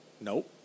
Nope